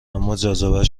اماجاذبه